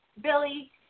Billy